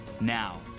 Now